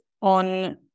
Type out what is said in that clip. on